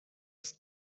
است